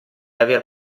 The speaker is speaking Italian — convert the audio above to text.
aver